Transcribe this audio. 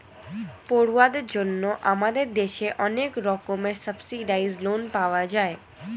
পড়ুয়াদের জন্য আমাদের দেশে অনেক রকমের সাবসিডাইস্ড্ লোন পাওয়া যায়